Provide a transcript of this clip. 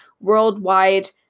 worldwide